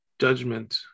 judgment